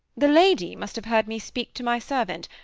the lady must have heard me speak to my servant,